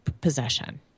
possession